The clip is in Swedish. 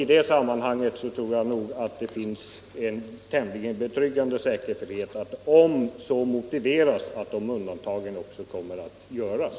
Jag tror nog det finns en tämligen betryggande säkerhet för att sådana undantag kommer att göras om det är motiverat.